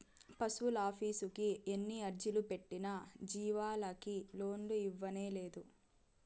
పశువులాఫీసుకి ఎన్ని అర్జీలు పెట్టినా జీవాలకి లోను ఇయ్యనేలేదు